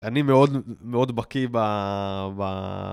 אני מאוד, מאוד בקיא ב-